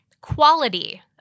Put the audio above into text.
Quality